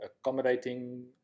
accommodating